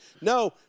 No